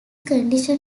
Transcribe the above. condition